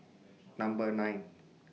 Number nine